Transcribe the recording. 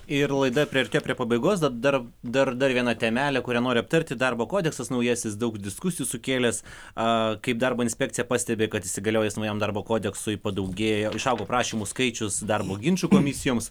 ir laida priartėjo prie pabaigos dar dar dar viena temelė kurią nori aptarti darbo kodeksas naujasis daug diskusijų sukėlęs kaip darbo inspekcija pastebi kad įsigaliojus naujam darbo kodeksui padaugėjo išaugo prašymų skaičius darbo ginčų komisijoms